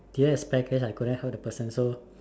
didn't have spare cash I couldn't help the person so